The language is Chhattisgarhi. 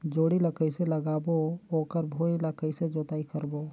जोणी ला कइसे लगाबो ओकर भुईं ला कइसे जोताई करबो?